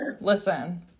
listen